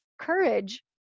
courage